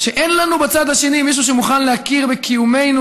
שאין לנו בצד השני מישהו שמוכן להכיר בקיומנו,